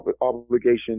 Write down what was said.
obligation